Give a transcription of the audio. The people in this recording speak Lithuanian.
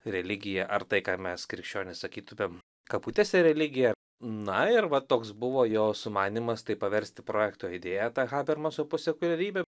religija ar tai ką mes krikščionys sakytumėm kabutėse religija na ir va toks buvo jo sumanymas tai paversti projekto idėja tą habermaso posekuliarybę